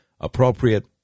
appropriate